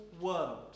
world